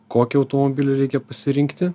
kokį automobilį reikia pasirinkti